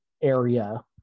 area